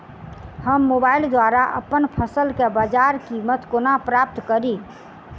हम मोबाइल द्वारा अप्पन फसल केँ बजार कीमत कोना प्राप्त कड़ी?